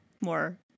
more